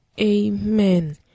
Amen